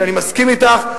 אני מסכים אתך,